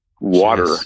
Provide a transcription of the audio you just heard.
water